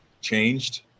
changed